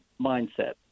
mindset